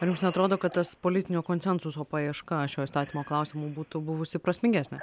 ar jums neatrodo kad tas politinio konsensuso paieška šio įstatymo klausimu būtų buvusi prasmingesnė